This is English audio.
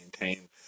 maintain